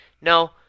No